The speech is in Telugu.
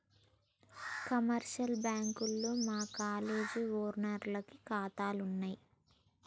కమర్షియల్ బ్యాంకుల్లో మా కాలేజీ ఓనర్లకి కాతాలున్నయి